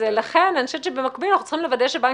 לכן אני חושבת שבמקביל אנחנו צריכים לוודא שבנק